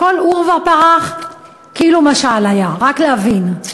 הכול עורבא פרח, כאילו משל היה, רק כדי להבין.